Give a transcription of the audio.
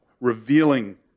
revealing